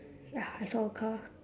ya I saw a car